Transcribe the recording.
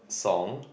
song